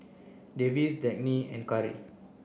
Davis Dagny and Karri